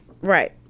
Right